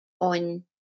on